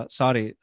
sorry